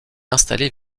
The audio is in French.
installés